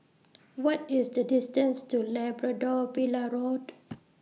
What IS The distance to Labrador Villa Road